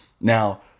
now